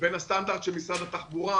ובין הסטנדרט שמציג משרד התחבורה,